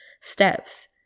steps